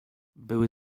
były